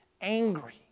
angry